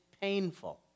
painful